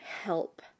help